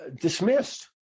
dismissed